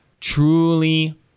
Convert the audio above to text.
truly